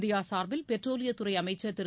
India சார்பில் பெட்ரோலியத் துறை அமைச்சர் திரு